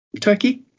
Turkey